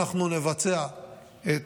אנחנו נבצע את